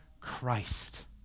Christ